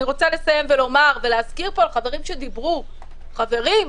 אני רוצה לסיים ולומר ולהזכיר פה לחברים שדיברו: חברים,